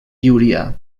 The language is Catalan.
llúria